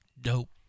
dope